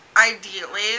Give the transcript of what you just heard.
ideally